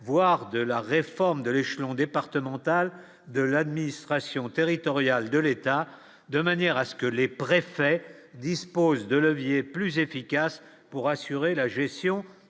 voire de la réforme de l'échelon départemental de l'administration territoriale de l'État, de manière à ce que les préfets disposent de leviers plus efficace pour assurer la gestion